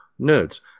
nerds